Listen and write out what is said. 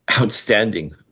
outstanding